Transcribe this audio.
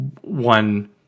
one